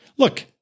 Look